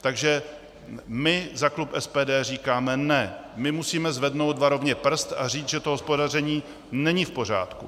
Takže my za klub SPD říkáme ne, my musíme zvednout varovně prst a říct, že to hospodaření není v pořádku.